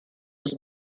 his